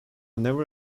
never